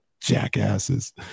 Jackasses